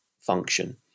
function